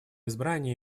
избрание